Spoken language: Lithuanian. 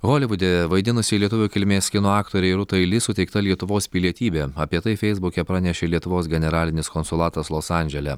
holivude vaidinusiai lietuvių kilmės kino aktorei rūtai li suteikta lietuvos pilietybė apie tai feisbuke pranešė lietuvos generalinis konsulatas los andžele